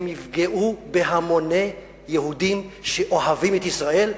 הם יפגעו בהמוני יהודים שאוהבים את ישראל,